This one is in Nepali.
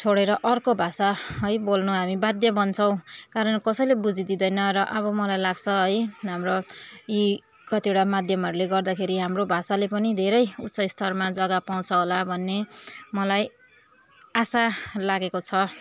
छोडेर अर्को भाषा है बोल्नु हामी बाध्य बन्छौँ कारण कसैले बुझिदिँदैन र अब मलाई लाग्छ है हाम्रो यी कतिवटा माध्यमहरूले गर्दाखेरि हाम्रो भाषाले पनि धेरै उच्चस्तरमा जग्गा पाउँछ होला भन्ने मलाई आशा लागेको छ